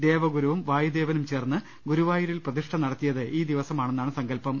ദേവഗുരുവും വായുദേവനും ചേർന്ന് ഗുരുവായൂരിൽ പ്രതിഷ്ഠ നടത്തിയത് ഈ ദിവസമാണെന്നാണ് സങ്കൽപ്പം